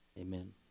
Amen